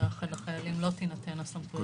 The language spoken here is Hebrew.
שלחיילים לא תינתן הסמכות.